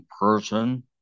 person